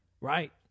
Right